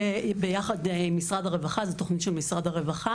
ביחד משרד הרווחה זה תוכנית של משרד הרווחה